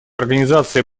организации